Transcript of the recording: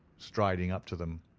striding up to them,